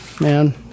man